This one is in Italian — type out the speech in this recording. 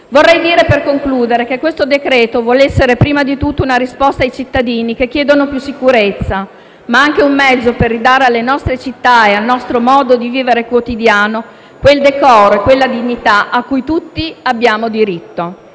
misure idonee. Per concludere, il decreto-legge in esame vuole essere prima di tutto una risposta ai cittadini che chiedono più sicurezza, ma anche un mezzo per ridare alle nostre città e al nostro vivere quotidiano quel decoro e quella dignità a cui tutti abbiamo diritto.